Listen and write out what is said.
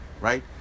right